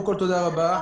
קודם כול, תודה רבה.